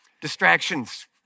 Distractions